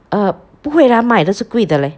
uh 不会 ah 买的是贵的 leh